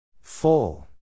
Full